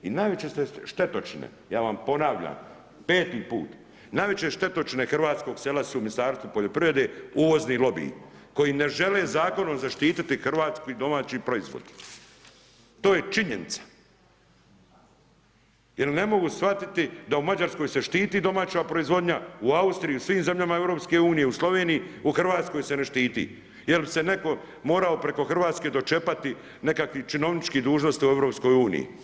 I najveće štetočine, ja vam ponavljam, 5 put, najveće štetočine hrvatskog sela su Ministarstvo poljoprivrede, uvozni lobiji, koji ne žele zakonom zaštiti Hrvatsku i domaći proizvod, to je činjenica, jer ne mogu shvatit da u Mađarskoj se štiti domaća proizvodnja, u Austriji, u svim zemljama EU, u Sloveniji, u Hrvatskoj se ne štiti, jer bi se netko morao preko Hrvatske dočekati nekakvih činovničkih dužnosti u EU.